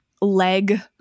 leg